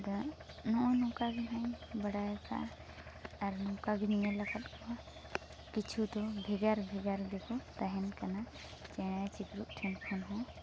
ᱟᱫᱚ ᱱᱚᱜ ᱚᱭ ᱱᱚᱝᱠᱟᱜᱮ ᱦᱟᱸᱜ ᱤᱧ ᱵᱟᱰᱟᱭ ᱠᱟᱜᱼᱟ ᱟᱨ ᱱᱚᱝᱠᱟ ᱜᱮᱧ ᱧᱮᱞᱟᱠᱟᱫ ᱠᱚ ᱠᱤᱪᱷᱩ ᱫᱚ ᱵᱷᱮᱜᱟᱨ ᱵᱷᱮᱜᱟᱨ ᱜᱮᱠᱚ ᱛᱟᱦᱮᱱ ᱠᱟᱱᱟ ᱪᱮᱬᱮ ᱪᱤᱯᱨᱩᱫ ᱴᱷᱮᱱ ᱠᱷᱚᱱ ᱦᱚᱸ